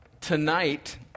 tonight